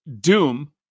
Doom